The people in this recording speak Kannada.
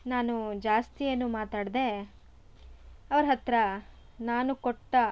ನಾನು ಜಾಸ್ತಿ ಏನೂ ಮಾತಾಡದೆ ಅವ್ರ ಹತ್ತಿರ ನಾನು ಕೊಟ್ಟ